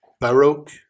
Baroque